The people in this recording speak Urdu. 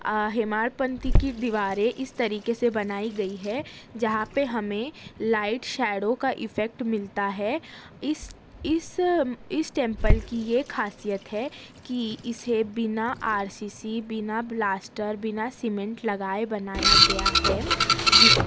ہماڑ پنتھی کی دیواریں اس طریقے سے بنائی گئی ہے جہاں پہ ہمیں لائٹ شیڈو کا افیکٹ ملتا ہے اس اس ٹیمپل کی یہ خاصیت ہے کہ اسے بنا آر سی سی بنا بلاسٹر بنا سیمینٹ لگائے بنایا گیا ہے جس